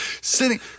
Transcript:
sitting